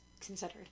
considered